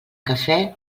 cafè